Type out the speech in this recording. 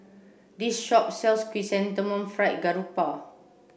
this shop sells chrysanthemum fried grouper